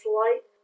light